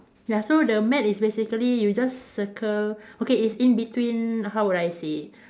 ya so the mat is basically you just circle okay it's in between how would I say it